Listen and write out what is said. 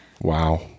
Wow